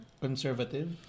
conservative